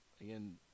again